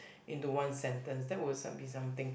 into one sentence that will s~ be something